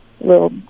little